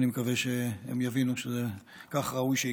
אני מקווה שהם יבינו שכך ראוי שיקרה.